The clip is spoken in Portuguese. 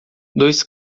dois